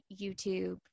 youtube